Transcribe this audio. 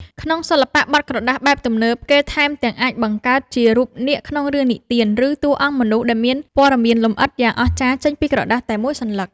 ក្នុងសិល្បៈបត់ក្រដាសបែបទំនើប គេថែមទាំងអាចបង្កើតជារូបនាគក្នុងរឿងនិទាន ឬតួអង្គមនុស្សដែលមានព័ត៌មានលម្អិតយ៉ាងអស្ចារ្យចេញពីក្រដាសតែមួយសន្លឹក។